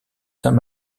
saint